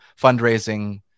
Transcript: fundraising